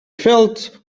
felt